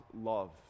love